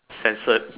censored